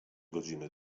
godziny